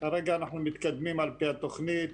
כרגע אנחנו מתקדמים על פי התוכנית.